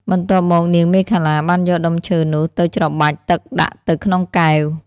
បន្ទាប់មកនាងមេខលាបានយកដុំឈើនោះទៅច្របាច់ទឹកដាក់ទៅក្នុងកែវ។